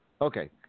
Okay